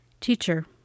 Teacher